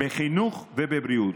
בחינוך ובבריאות.